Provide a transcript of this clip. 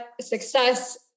success